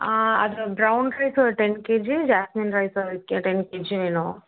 ஆ அதில் brown rice ஒரு ten KG jasmine ரைஸ்ஸில் ஒரு கிலோ டென் கேஜி வேணும்